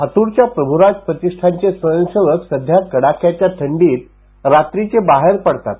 लातूरच्या प्रभूराज प्रतिष्ठानचे स्वयंसेवक सध्या कडाक्याच्या थंडीत रात्रीचे बाहेर पडतात